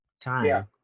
time